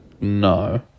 No